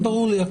זה ברור לי.